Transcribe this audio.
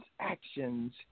actions